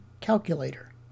calculator